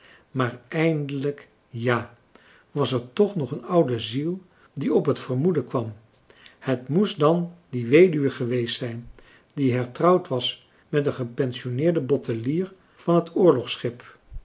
maar eindelijk ja was er toch nog een oude ziel die op het vermoeden kwam het moest dan die weduwe geweest zijn die hertrouwd was met een gepensioneerd bottelier van het oorlogschip